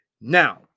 Now